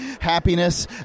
happiness